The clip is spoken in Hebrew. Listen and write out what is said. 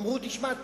אמרו: תשמע,